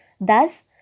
Thus